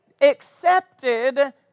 accepted